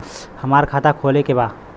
हमार खाता खोले के बा?